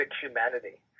humanity